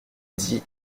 dit